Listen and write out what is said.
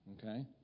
Okay